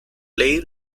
ley